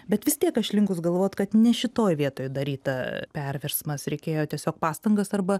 bet vis tiek aš linkus galvot kad ne šitoj vietoj daryta perversmas reikėjo tiesiog pastangas arba